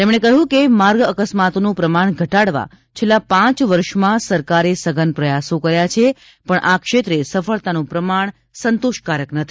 તેમણે કહ્યું કે માર્ગ અકસ્માતોનું પ્રમાણ ઘટાડવા છેલ્લા પાંચ વર્ષમાં સરકારે સઘન પ્રયાસો કર્યા છે પણ આ ક્ષેત્રે સફળતાનું પ્રમાણ સંતોષકારક નથી